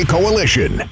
Coalition